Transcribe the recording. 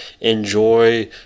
enjoy